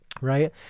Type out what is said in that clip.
Right